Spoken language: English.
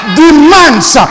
demands